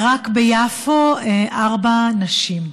רק ביפו, ארבע נשים.